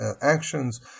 actions